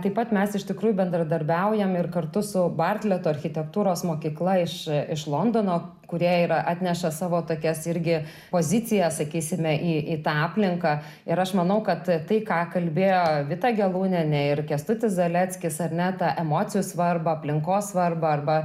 taip pat mes iš tikrųjų bendradarbiaujam ir kartu su bartlet architektūros mokykla iš iš londono kurie yra atneša savo tokias irgi poziciją sakysime į į aplinką ir aš manau kad tai ką kalbėjo vita gelūnienė ir kęstutis zaleckis ar ne tą emocijų svarbą aplinkos svarbą arba